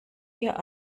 hier